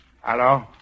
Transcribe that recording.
Hello